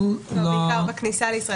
הבדיקה בכניסה לישראל.